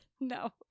No